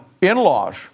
in-laws